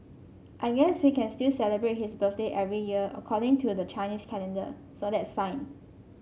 I guess we can still celebrate his birthday every year according to the Chinese calendar so that's fine